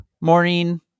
Maureen